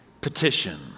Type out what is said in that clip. petition